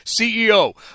CEO